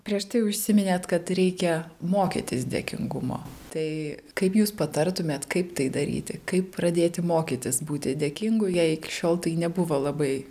prieš tai užsiminėt kad reikia mokytis dėkingumo tai kaip jūs patartumėt kaip tai daryti kaip pradėti mokytis būti dėkingu jei iki šiol tai nebuvo labai